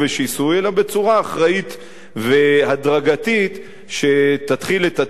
אלא בצורה אחראית והדרגתית שתתחיל את התהליך הזה.